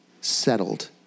settled